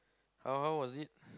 how how was it